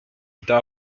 also